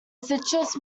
citrus